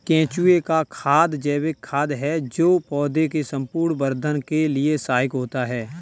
केंचुए का खाद जैविक खाद है जो पौधे के संपूर्ण वर्धन के लिए सहायक होता है